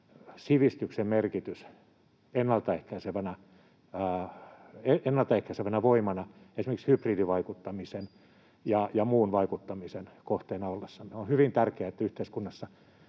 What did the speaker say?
sivistyksen merkitys ennaltaehkäisevänä voimana esimerkiksi hybridivaikuttamisen ja muun vaikuttamisen kohteena ollessamme. On hyvin tärkeää, että yhteiskunnassa